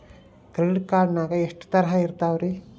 Credit card ನಾಗ ಎಷ್ಟು ತರಹ ಇರ್ತಾವ್ರಿ?